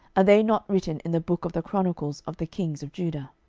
are they not written in the book of the chronicles of the kings of judah?